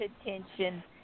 attention